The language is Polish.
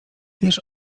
wiesz